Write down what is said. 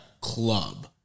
club